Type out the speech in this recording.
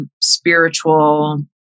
spiritual